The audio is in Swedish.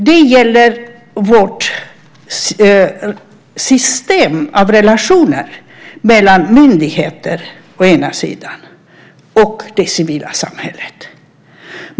Det gäller vårt system av relationer mellan myndigheter å ena sidan och det civila samhället å den andra.